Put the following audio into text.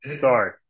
Sorry